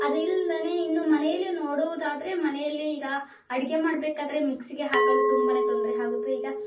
ಅದು ಇಲ್ದೆ ಇನ್ನು ಮನೆಯಲ್ಲಿ ನೋಡೋದಾದ್ರೆ ಮನೆಯಲ್ಲೀಗ ಅಡಿಗೆ ಮಾಡಬೇಕಾದ್ರೆ ಮಿಕ್ಸಿಗೆ ಹಾಕಲು ತುಂಬಾ ತೊಂದರೆ ಆಗುತ್ತೆ ಈಗ